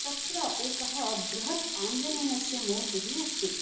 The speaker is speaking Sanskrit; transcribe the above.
तत्र एक बृहत् आञ्जनेयस्य मुर्ति अस्ति